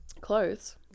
Clothes